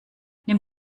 nimm